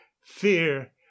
fear